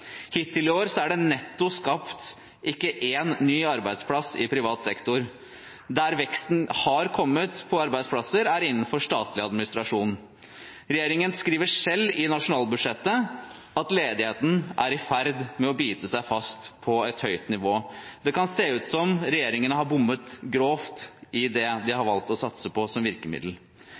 Hittil i år er det netto ikke skapt én ny arbeidsplass i privat sektor. Der veksten har kommet i arbeidsplasser, er innenfor statlig administrasjon. Regjeringen skriver selv i nasjonalbudsjettet at ledigheten er i ferd med å bite seg fast på et høyt nivå. Det kan se ut som om regjeringen har bommet grovt i det de har valgt å satse på som virkemiddel.